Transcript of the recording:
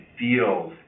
feels